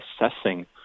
assessing